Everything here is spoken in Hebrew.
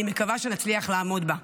אני מקווה שנצליח לעמוד בה.